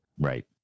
Right